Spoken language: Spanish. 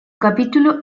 capítulo